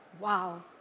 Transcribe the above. Wow